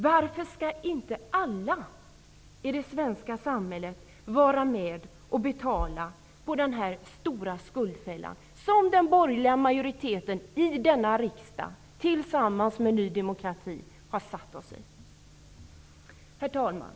Varför skall inte alla i det svenska samhället vara med och betala för den stora skuldfälla som den borgerliga majoriteten i denna riksdag tillsammans med Ny demokrati har skapat? Herr talman!